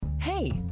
Hey